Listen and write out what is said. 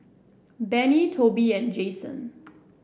Benny Toby and Jason